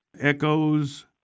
Echoes